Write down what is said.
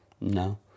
No